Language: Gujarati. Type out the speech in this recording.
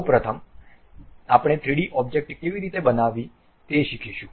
સૌ પ્રથમ આપણે 3 ડી ઑબ્જેક્ટ કેવી રીતે બનાવવી તે શીખીશું